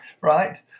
right